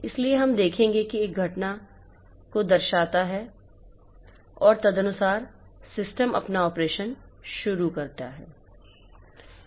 इसलिए हम देखेंगे कि एक घटना की घटना को दर्शाता है और तदनुसार सिस्टम अपना ऑपरेशन करना शुरू कर देता है